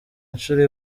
inshuro